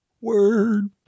Word